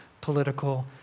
political